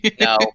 no